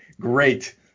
Great